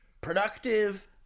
productive